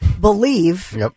believe